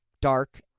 dark